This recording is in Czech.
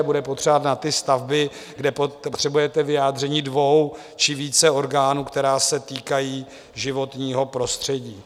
Bude jej potřebovat na ty stavby, kde potřebujete vyjádření dvou či více orgánů, která se týkají životního prostředí.